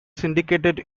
syndicated